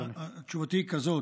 תשובתי היא כזאת: